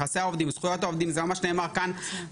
בענייני צעירים ונוער ובפערים חברתיים ולכן הדיון היום